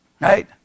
Right